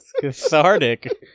cathartic